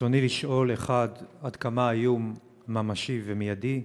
רצוני לשאול: 1. עד כמה האיום ממשי ומיידי?